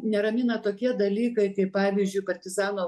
neramina tokie dalykai kaip pavyzdžiui partizano